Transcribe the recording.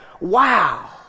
wow